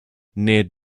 near